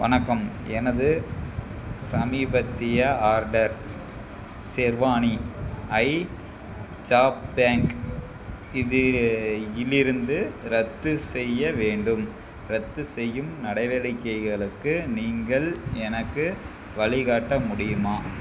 வணக்கம் எனது சமீபத்திய ஆர்டர் செர்வானி ஐ ஜாப்பேங்க் இதில் இல்லிருந்து ரத்து செய்ய வேண்டும் ரத்து செய்யும் நடவடிக்கைகளுக்கு நீங்கள் எனக்கு வழிகாட்ட முடியுமா